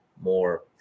more